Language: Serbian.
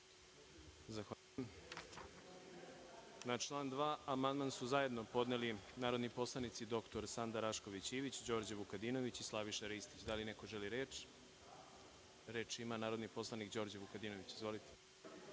Zahvaljujem. Na član 2. amandman su zajedno podneli narodni poslanici dr Sanda Rašković Ivić, Đorđe Vukadinović i Slaviša Ristić. Reč ima narodni poslanik Đorđe Vukadinović. Izvolite.